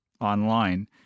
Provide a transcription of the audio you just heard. online